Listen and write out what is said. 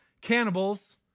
Cannibals